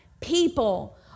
people